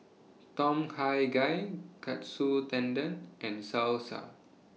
Tom Kha Gai Katsu Tendon and Salsa